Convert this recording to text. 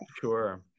sure